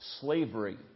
slavery